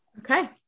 Okay